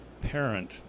parent